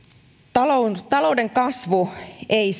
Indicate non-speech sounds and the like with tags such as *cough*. talouden talouden kasvu ei *unintelligible*